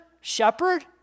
shepherd